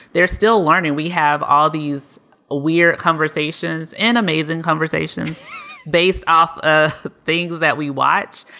they're still learning. we have all these weird conversations and amazing conversations based off ah things that we watch.